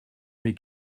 mais